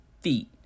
feet